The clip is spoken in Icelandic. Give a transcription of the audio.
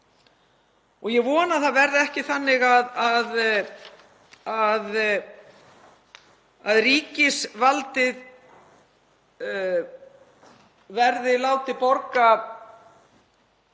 Ég vona að það verði ekki þannig að ríkisvaldið verði látið borga